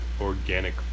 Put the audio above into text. organic